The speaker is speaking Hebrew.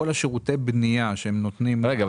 כל שירותי הבנייה שהם נותנים --- רגע,